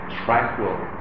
tranquil